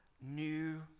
new